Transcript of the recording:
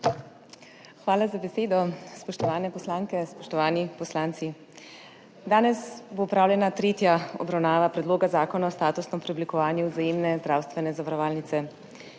Hvala za besedo. Spoštovane poslanke, spoštovani poslanci! Danes bo opravljena tretja obravnava Predloga zakona o statusnem preoblikovanju Vzajemne zdravstvene zavarovalnice.